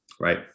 right